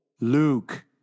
Luke